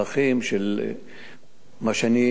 מה שאני שמעתי,